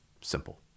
Simple